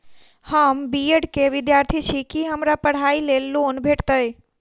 हम B Ed केँ विद्यार्थी छी, की हमरा पढ़ाई लेल लोन भेटतय?